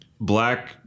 black